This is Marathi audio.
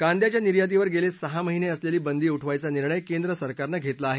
कांद्याच्या निर्यातीवर गेले सहा महिने असलेली बंदी उठवायचा निर्णय केंद्रसरकारनं घेतला आहे